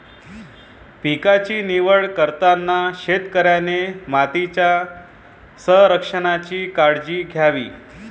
पिकांची निवड करताना शेतकऱ्याने मातीच्या संरक्षणाची काळजी घ्यावी